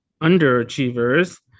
underachievers